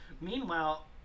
Meanwhile